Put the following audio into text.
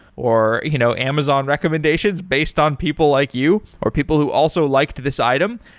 or you know amazon recommendations based on people like you or people who also liked this item.